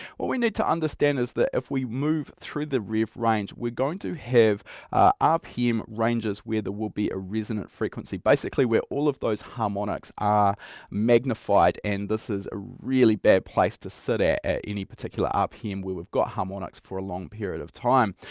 what we need to understand is that if we move through the rev range we're going to have rpm ranges where there will be a resonant frequency. basically where all of those harmonics are magnified and this is a really bad place to sit at at any particular rpm where we've got harmonics for a long period of time.